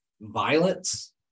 Violence